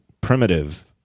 primitive –